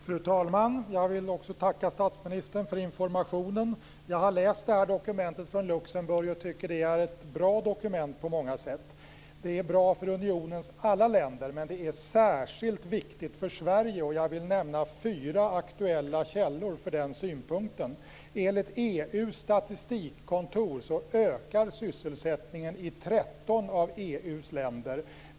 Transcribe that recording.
Fru talman! Också jag vill tacka statsministern för informationen. Jag har läst dokumentet från Luxemburg och tycker att det är ett bra dokument på många sätt. Det är bra för unionens alla länder, men det är särskilt viktigt för Sverige, och jag vill nämna fyra aktuella källor för den synpunkten. 13 av EU:s länder.